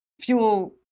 fuel